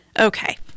Okay